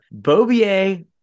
Bobier